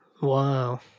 Wow